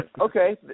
Okay